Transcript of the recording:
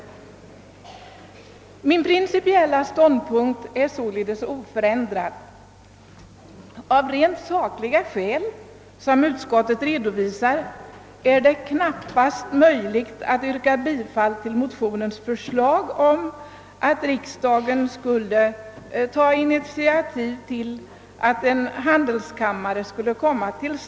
Min principiella ståndpunkt är sålunda oförändrad. Av rent sakliga skäl, som utskottet har redovisat, är det knappast möjligt att yrka bifall till motionens förslag om en utredning rörande inrättandet av en handelskammare i Tyska Demokratiska Republiken.